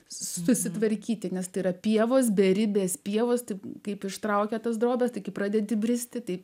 susitvarkyti nes tai yra pievos beribės pievos tik kaip ištraukia tas drobes tik pradedi bristi tai